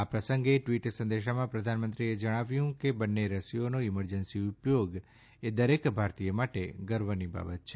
આ પ્રસંગે ટવીટ સંદેશામાં પ્રધાનમંત્રીએ જણાવ્યું છે કે બંને રસીઓનો ઇમરજન્સી ઉપયોગ એ દરેક ભારતીય માટે ગર્વની બાબત છે